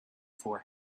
for